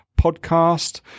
podcast